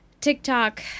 tiktok